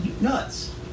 Nuts